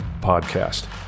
Podcast